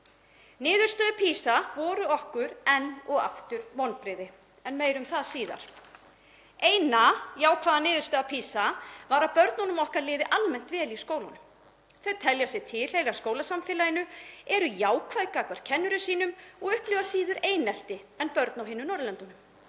Niðurstöður PISA voru okkur enn og aftur vonbrigði, en meira um það síðar. Eina jákvæða niðurstaða PISA var að börnunum okkar líður almennt vel í skólunum. Þau telja sig tilheyra skólasamfélaginu, eru jákvæð gagnvart kennurum sínum og upplifa síður einelti en börn á hinum Norðurlöndunum.